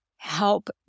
help